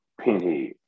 Pinhead